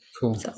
Cool